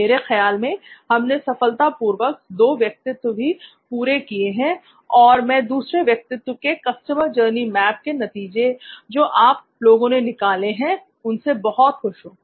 मेरे ख्याल में हमने सफलतापूर्वक दो व्यक्तित्व भी पूरे किए हैं और मैं दूसरे व्यक्तित्व के कस्टमर जर्नी मैप के नतीजे जो आप लोगों ने निकाले हैं उनसे बहुत खुश हूं